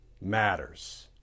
Matters